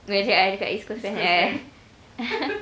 kat east coast plan eh